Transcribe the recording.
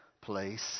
place